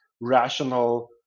rational